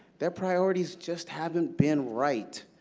their priorities just haven't been right.